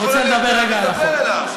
אני רוצה לדבר רגע על החוק.